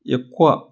ఎక్కువ